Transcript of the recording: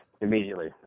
Immediately